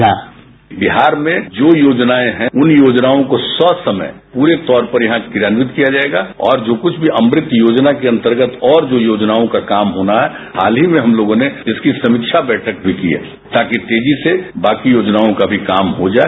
bite Nitish Kumar Bihar में जो योजनाएं हैं उन योजनाओं को स समय पूरे तौर पर यहां क्रियान्वित किया जाएगा और जो कुछ भी अमृत योजना के अंतर्गत और जो योजनाओं का काम होना है हाल ही में हम लोगों ने इसकी समीक्षा बैठक भी की है ताकि तेजी से बाकी योजनाओं का भी काम हो जाए